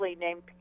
named